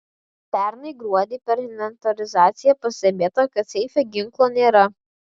pernai gruodį per inventorizaciją pastebėta kad seife ginklo nėra